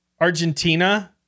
Argentina